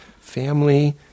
Family